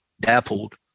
dappled